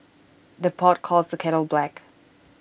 the pot calls the kettle black